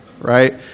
right